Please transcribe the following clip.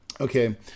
Okay